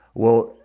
well,